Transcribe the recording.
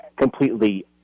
completely